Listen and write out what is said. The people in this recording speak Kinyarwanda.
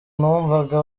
numvaga